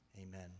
Amen